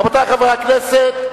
רבותי חברי הכנסת,